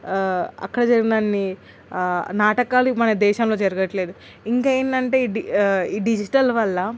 అక్కడ జరిగిన అన్ని నాటకాలు మన దేశంలో జరగటల్లేదు ఇంకా ఏంటంటే ఈ డిజిటల్ వల్ల